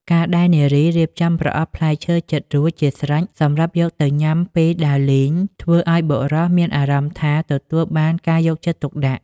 ការដែលនារីរៀបចំប្រអប់ផ្លែឈើចិតរួចជាស្រេចសម្រាប់យកទៅញ៉ាំពេលដើរលេង ធ្វើឱ្យបុរសមានអារម្មណ៍ថាទទួលបានការយកចិត្តទុកដាក់។